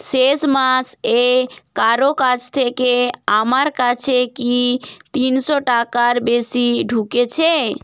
শেষ মাস এ কারো কাছ থেকে আমার কাছে কি তিনশো টাকার বেশি ঢুকেছে